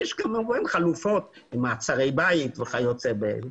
כמובן יש חלופות כמו מעצרי בית וכיוצא בזה.